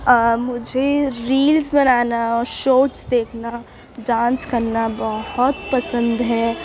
مجھے ریلس بنانا شارٹس دیکھنا ڈانس کرنا بہت پسند ہے